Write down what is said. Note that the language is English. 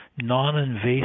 non-invasive